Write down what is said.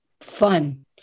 fun